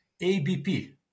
ABP